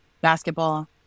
Basketball